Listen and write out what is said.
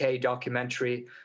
documentary